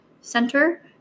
Center